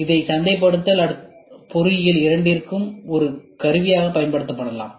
இதை சந்தைப்படுத்தல் மற்றும் பொறியியல் இரண்டிற்கும் ஒரு கருவியாகப் பயன்படுத்தப்படலாம்